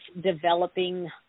developing